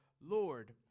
Lord